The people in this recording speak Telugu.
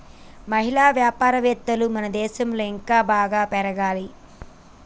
మహిళా వ్యాపారవేత్తలు మన దేశంలో ఇంకా బాగా పెరగాలి